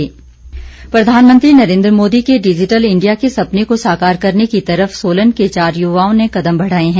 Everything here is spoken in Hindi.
रेडियो स्टेशन प्रधानमंत्री नरेन्द्र मोदी के डिजिटल इंडिया के सपने को साकार करने की तरफ सोलन के चार युवाओं ने कदम बढ़ाए हैं